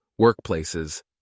workplaces